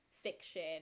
fiction